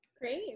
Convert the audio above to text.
Great